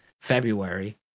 February